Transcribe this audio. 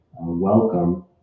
welcome